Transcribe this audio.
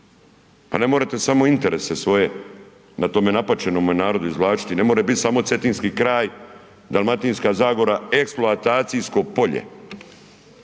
Pa ne morate samo interese svoje na tome napaćenome narodu izvlačiti i ne mora biti samo Cetinski kraj, Dalmatinska zagora eksploatacijsko polje